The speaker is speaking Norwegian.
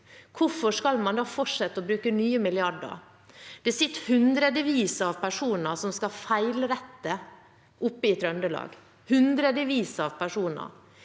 Hvorfor skal man da fortsette å bruke nye milliarder? Det sitter hundrevis av personer som skal feilrette oppe i Trøndelag – hundrevis av personer.